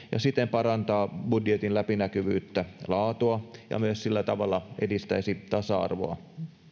siten parantaa budjetin läpinäkyvyyttä ja laatua ja myös sillä tavalla edistäisi tasa arvoa